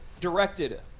directed